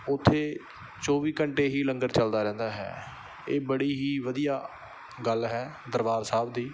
ਉੱਥੇ ਚੌਵੀ ਘੰਟੇ ਹੀ ਲੰਗਰ ਚੱਲਦਾ ਰਹਿੰਦਾ ਹੈ ਇਹ ਬੜੀ ਹੀ ਵਧੀਆ ਗੱਲ ਹੈ ਦਰਬਾਰ ਸਾਹਿਬ ਦੀ